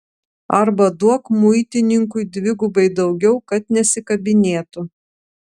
arba duok muitininkui dvigubai daugiau kad nesikabinėtų